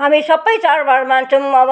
हामी सब चाडबाड मान्छौंँ अब